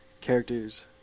characters